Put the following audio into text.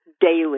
daily